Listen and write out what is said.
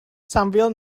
sambil